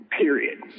Period